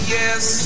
yes